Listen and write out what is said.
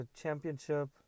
championship